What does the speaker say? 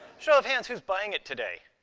show of hands, who's buying it today?